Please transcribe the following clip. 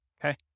Okay